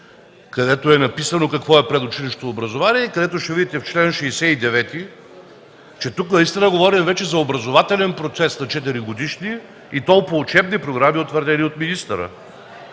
където е написано какво е предучилищно образование и където в чл. 69 ще видите, че тук вече говорим за образователен процес на 4-годишни, и то по учебни програми, утвърдени от министъра,